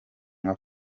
nka